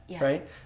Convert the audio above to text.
right